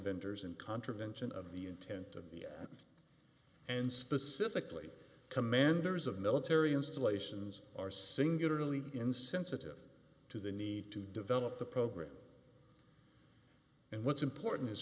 vendors in contravention of the intent of the and specifically commanders of military installations are singularly insensitive to the need to develop the program and what's important is